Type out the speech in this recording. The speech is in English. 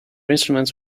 instruments